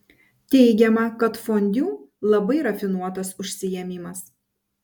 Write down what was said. teigiama kad fondiu labai rafinuotas užsiėmimas